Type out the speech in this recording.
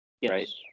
Yes